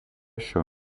šio